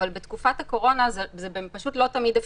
אלא שבתקופת הקורונה זה לא תמיד אפשרי.